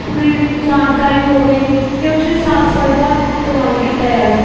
ਪੂਰੀ ਜਾਣਕਾਰੀ ਹੋਵੇ ਅਤੇ ਉੱਥੇ ਸਾਫ਼ ਸਫਾਈ ਦਾ ਪ੍ਰਬੰਧ ਕੀਤਾ ਜਾਵੇ